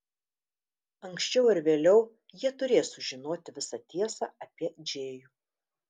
anksčiau ar vėliau jie turės sužinoti visą tiesą apie džėjų